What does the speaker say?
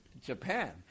Japan